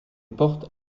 portes